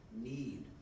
need